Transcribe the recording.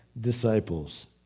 disciples